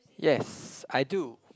yes I do